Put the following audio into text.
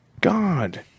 God